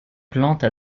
plante